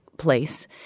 place